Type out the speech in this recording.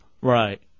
Right